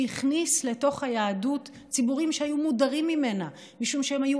שהכניס לתוך היהדות ציבורים שהיו מודרים ממנה משום שהם היו